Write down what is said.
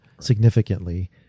significantly